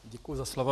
Děkuji za slovo.